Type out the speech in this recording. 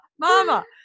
mama